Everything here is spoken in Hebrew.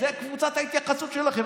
זו קבוצת ההתייחסות שלכם,